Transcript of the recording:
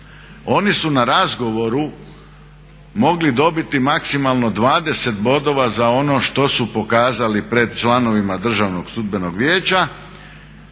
Oni su na razgovoru mogli dobiti maksimalno 20 bodova za ono što su pokazali pred članovima Državnog sudbenog vijeća,